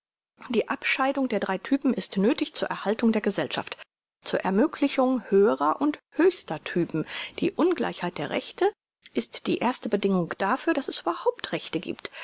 die abscheidung der drei typen ist nöthig zur erhaltung der gesellschaft zur ermöglichung höherer und höchster typen die ungleichheit der rechte ist erst die bedingung dafür daß es überhaupt rechte giebt